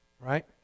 Right